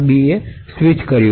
થી સ્વીચ કર્યું